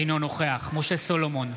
אינו נוכח משה סולומון,